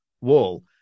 wall